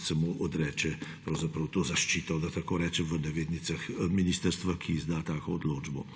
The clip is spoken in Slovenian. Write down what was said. se mu odreče pravzaprav ta zaščita, da rečem v navednicah, ministrstva, ki izda tako odločbo.